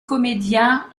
comédien